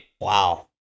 Wow